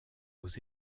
aux